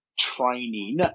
training